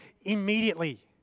immediately